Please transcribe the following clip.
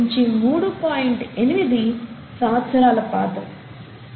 8 సంవత్సరాల పాతవి